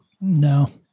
No